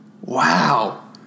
Wow